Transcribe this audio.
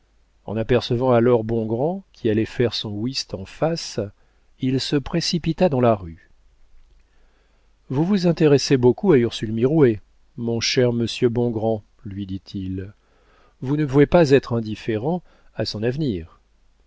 en apercevant alors bongrand qui allait faire son whist en face il se précipita dans la rue vous vous intéressez beaucoup à ursule mirouët mon cher monsieur bongrand lui dit-il vous ne pouvez pas être indifférent à son avenir